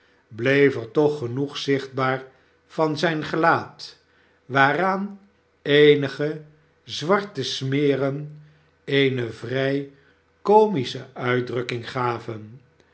er toch genoeg zichtbaar van zijn gelaat waaraan eenige zwarte smeren eene vrij comische uitdrukking gaven